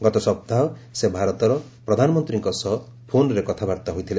ଗତ ସପ୍ତାହ ସେ ଭାରତର ପ୍ରଧାନମନ୍ତ୍ରୀଙ୍କ ସହ ଫୋନ୍ରେ କଥାବାର୍ତ୍ତା ହୋଇଥିଲେ